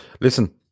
Listen